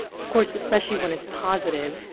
of course, especially when it's positive,